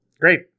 Great